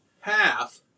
half